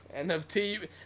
NFT